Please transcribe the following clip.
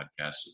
podcasts